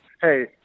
Hey